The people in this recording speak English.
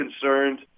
concerned